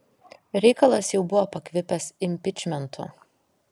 reikalas jau buvo pakvipęs impičmentu